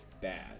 bad